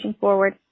forward